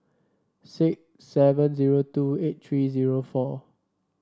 six seven zero two eight three zero four